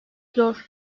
zor